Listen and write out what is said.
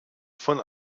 von